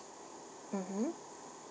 mmhmm